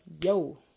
yo